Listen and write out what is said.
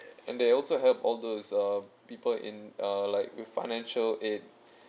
and they also help all those uh people in uh like with financial aid